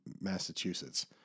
Massachusetts